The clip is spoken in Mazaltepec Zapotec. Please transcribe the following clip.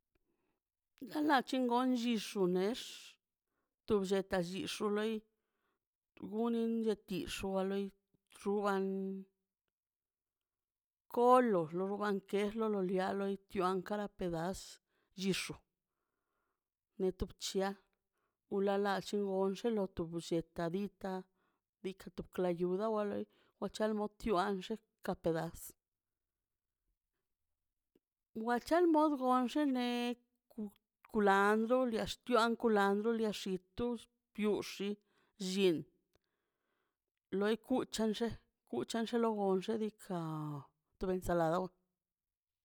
Na la chingon llin xunex to blleta xixo loi gonin chetixua wa loi rugan kolox rugan kex lo loniax ituan kara pedas chixo netu bchia ulala lligon xuo lo tu blleta dika dika klayuda wa lei mochi al tioan xe ka pedas mual chad mual xene kulandro liax tian kulandro dia xitux pioxi llin loi kuchan lle kucha llen lo xedika to ben salado